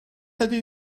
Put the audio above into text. ydy